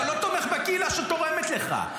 אתה לא תומך בקהילה שתורמת לך.